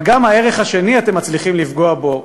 אבל גם הערך השני שאתם מצליחים לפגוע בו,